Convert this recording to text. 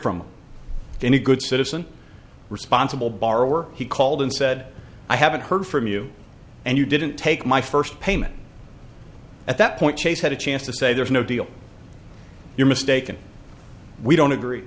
from any good citizen responsible borrower he called and said i haven't heard from you and you didn't take my first payment at that point chase had a chance to say there's no deal you're mistaken we don't agree